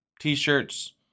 T-shirts